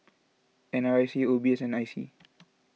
N R I C O B S and I C